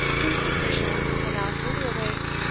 whose suspicions were now fully awake,